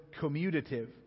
commutative